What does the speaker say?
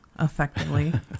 effectively